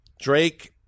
Drake